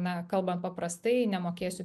na kalbant paprastai nemokėsiu